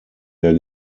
der